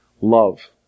Love